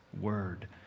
word